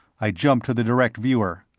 i jumped to the direct viewer.